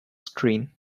screen